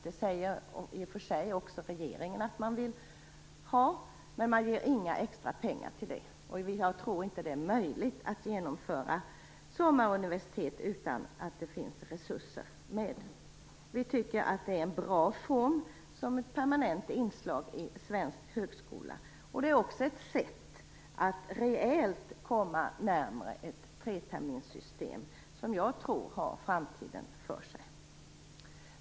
Det säger i och för sig också regeringen att man vill ha, men man ger inga extra pengar till det. Jag tror inte att det är möjligt att genomföra sommaruniversitet utan att det finns resurser. Vi tycker att det är en bra form som ett permanent inslag i svensk högskola. Det är ett sätt att reellt komma närmare ett treterminssystem, som jag tror har framtiden för sig.